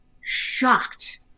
shocked